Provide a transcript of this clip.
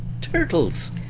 Turtles